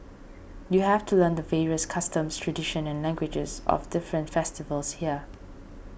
you have to learn the various customs tradition and languages of different festivals here